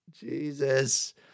Jesus